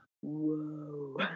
whoa